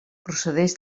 procedeix